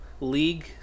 league